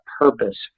purpose